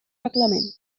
reglament